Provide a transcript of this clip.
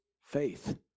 faith